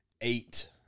eight